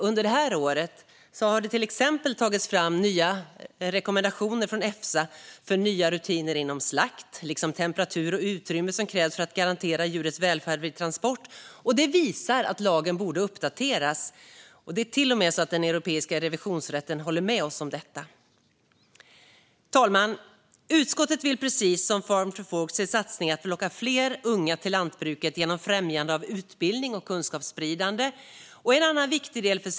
Under det här året har det till exempel tagits fram nya rekommendationer från Efsa för nya rutiner inom slakt liksom för temperatur och utrymme som krävs för att garantera djurens välfärd vid transport. Det visar att lagen borde uppdateras, och det är till och med så att Europeiska revisionsrätten håller med oss om detta. Fru talman! Utskottet vill, precis som Farm to Fork, se satsningar för att locka fler unga till lantbruket genom främjande av utbildning och kunskapsspridande.